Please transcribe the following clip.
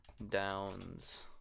Downs